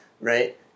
Right